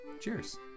Cheers